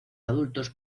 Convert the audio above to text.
adultos